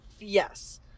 yes